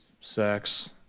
sex